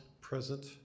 present